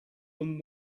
than